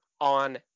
on